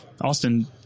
Austin